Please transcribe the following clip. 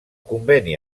conveni